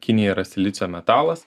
kinija yra silicio metalas